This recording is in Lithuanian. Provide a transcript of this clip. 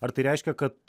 ar tai reiškia kad